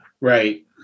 Right